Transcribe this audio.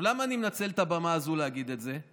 למה אני מנצל את הבמה הזאת להגיד את זה?